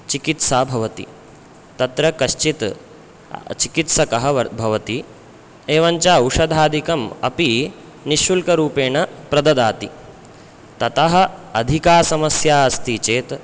चिकित्सा भवति तत्र कश्चित् चिकित्सकः वर् भवति एवं च औषधादिकम् अपि निःशुल्करूपेण प्रददाति ततः अधिका समस्या अस्ति चेत्